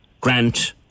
grant